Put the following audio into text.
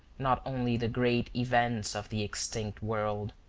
not only the great events of the extinct world,